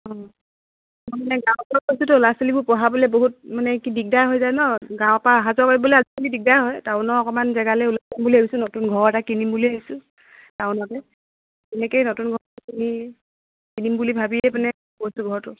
মানে গাঁৱৰপৰা গৈছোঁতো ল'ৰা ছোৱালীবোৰ পঢ়াবলৈ বহুত মানে কি দিগদাৰ হৈ যায় ন গাঁৱৰপৰা অহা যোৱা কৰিবলৈ আজি দিগদাৰ হয় টাউনৰ অকণমান জেগালৈ ওলাই যাম বুলি ভাবিছোঁ নতুন ঘৰ এটা কিনিম বুলি ভাবিছোঁ টাউনতে এনেকৈয়ে নতুন ঘৰতো কিনি থাকিম বুলি ভাবিয়েই মানে কৈছোঁ ঘৰটো